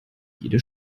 jede